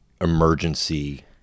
emergency